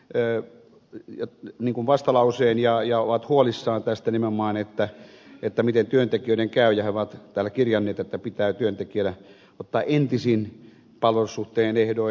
täällä on oppositio tehnyt vastalauseen ja on huolissaan tästä nimenomaan miten työntekijöiden käy ja se on täällä kirjannut että pitää työntekijöitä ottaa entisin palvelussuhteen ehdoin